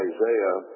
Isaiah